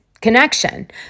connection